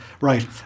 right